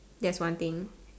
that's one thing